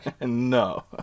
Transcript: No